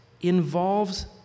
involves